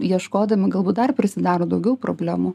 ieškodami galbūt dar prisidaro daugiau problemų